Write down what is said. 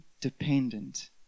dependent